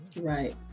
right